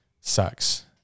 Sucks